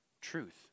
truth